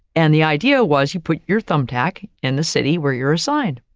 and the idea was you put your thumbtack in the city where you're assigned.